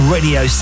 Radio